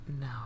No